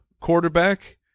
quarterback